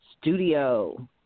studio